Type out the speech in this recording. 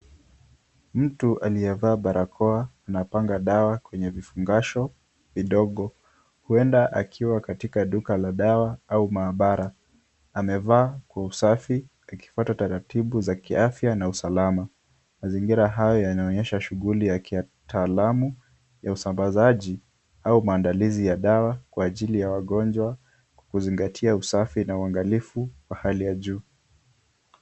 Mtu aliyevaa barakoa anapanga dawa kwenye vifungasho vidogo, huenda akiwa katika duka la dawa au maabara, amevaa nguo safi akifuata taratibu za kiafya na usalama. Mazingira hayo yanaonyesha shughuli ya kitaalamu ya usambazaji au maandalizi ya dawa kwa ajili ya wagonjwa, kuzingatia usafi na uangalifu wa hali ya juu.